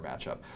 matchup